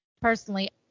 personally